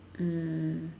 mm